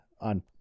on